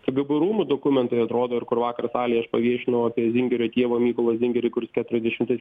kgb rūmų dokumentai atrodo ir kur vakar salėj aš paviešinau apie zingerio tėvą mykolą zingerį kur keturiasdešimtais